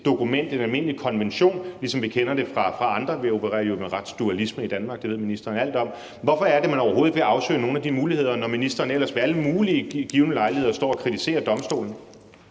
udenrigsdokument, en almindelig konvention, som vi kender det fra andre sammenhænge. Vi opererer jo med retsdualisme i Danmark. Det ved ministeren alt om. Hvorfor er det, at man overhovedet ikke vil afsøge nogen af de muligheder, når ministeren ellers ved alle mulige givne lejligheder står og kritiserer domstolen?